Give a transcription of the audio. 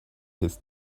his